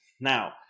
Now